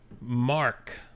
Mark